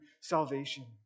salvation